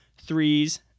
threes